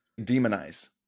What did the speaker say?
demonize